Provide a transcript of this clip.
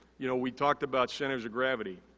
you know, we talked about centers of gravity.